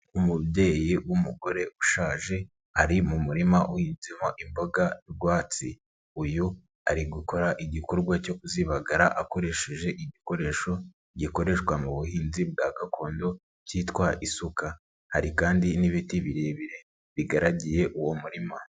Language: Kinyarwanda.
Umubyeyi w'umugore ushaje ari mu murima uhinzemo imboga rwatsi, uyu ari gukora igikorwa cyo kuzibagara akoresheje igikoresho gikoreshwa mu buhinzi bwa gakondo kitwa isuka, hari kandi n'ibiti birebire bigaragiye uwo murima.